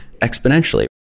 exponentially